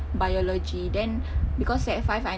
biology then because like sec five